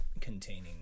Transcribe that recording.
containing